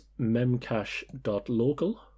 memcache.local